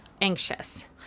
anxious